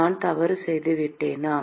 நான் தவறு செய்துவிட்டேனா